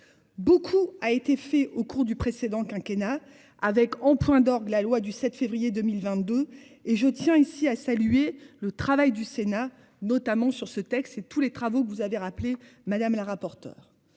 Beaucoup a été fait au cours du précédent quinquennat avec en point d'orgue la loi du 7 février 2022 et je tiens ici à saluer le travail du Sénat. Notamment sur ce texte et tous les travaux que vous avez rappelé madame la rapporteure.